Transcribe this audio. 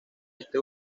este